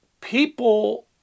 people